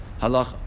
Halacha